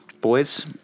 Boys